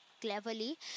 Cleverly